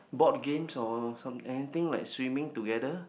board games or some anything like swimming together